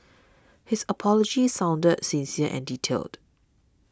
his apology sounded sincere and detailed